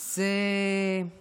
מג"ב, כן.